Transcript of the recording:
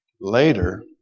Later